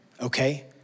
Okay